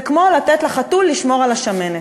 זה כמו לתת לחתול לשמור על השמנת.